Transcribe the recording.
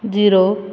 zero